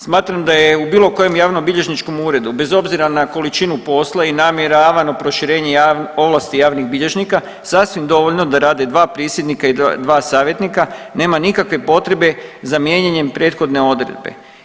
Smatram da je u bilo kojem javnobilježničkom uredu bez obzira na količinu posla i namjeravano proširenje ovlasti javnih bilježnika sasvim dovoljno da rade dva prisjednika i dva savjetnika, nema nikakve potrebe za mijenjanjem prethodne odredbe.